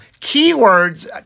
Keywords